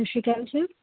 ਸਤਿ ਸ਼੍ਰੀ ਅਕਾਲ ਸਰ